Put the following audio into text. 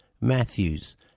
Matthews